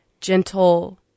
gentle